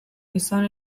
izan